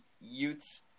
Utes